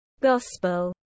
gospel